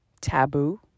taboo